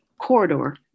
Corridor